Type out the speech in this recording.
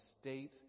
state